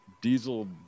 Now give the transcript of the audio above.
Diesel